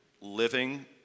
living